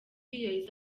yahise